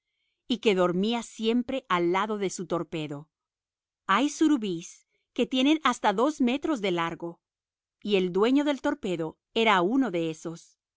y que dormía siempre al lado de su torpedo hay surubíes que tienen hasta dos metros de largo y el dueño del torpedo era uno de ésos